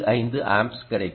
045 amps கிடைக்கும்